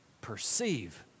perceive